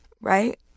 right